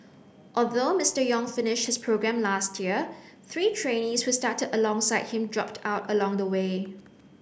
although Mister Yong finished his programme last year three trainees who started alongside him dropped out along the way